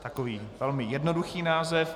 Takový velmi jednoduchý název.